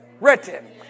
written